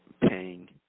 paying